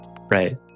Right